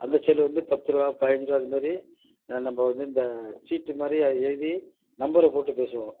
அந்த செல்லு வந்து பத்து ரூபா பதிஞ்சி ரூபா அது மாதிரி ந நம்ம வந்து இந்த சீட்டு மாதிரி அது எழுதி நம்பரைப் போட்டு பேசுவோம்